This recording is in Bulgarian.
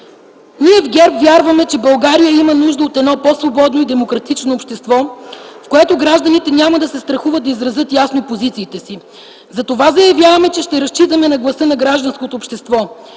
Ние в ГЕРБ вярваме, че България има нужда от по-свободно и демократично общество, в което гражданите няма да се страхуват да изразят ясно позициите си. Затова заявяваме, че ще разчитаме на гласа на гражданското общество.